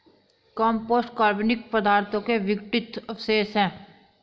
compost कार्बनिक पदार्थों के विघटित अवशेष हैं